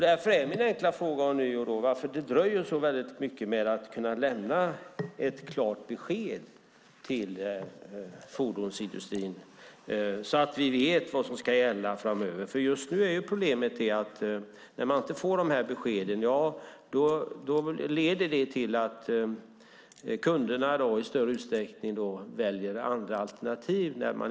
Därför är min enkla fråga ånyo varför det dröjer så mycket med ett klart besked till fordonsindustrin så att vi vet vad som ska gälla framöver. När det inte kommer något besked och man inte vet om den här förmånsbaserade miljöfaktorn kommer att finnas kvar i framtiden leder det till att kunderna i större utsträckning väljer andra alternativ.